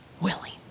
willing